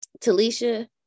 Talisha